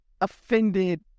offended